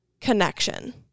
connection